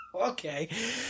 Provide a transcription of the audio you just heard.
okay